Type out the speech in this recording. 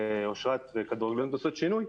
אשרת ו"כדורגלניות עושות שינוי",